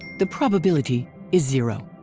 the probability is zero.